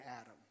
Adam